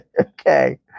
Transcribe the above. Okay